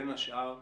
בין השאר,